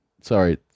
sorry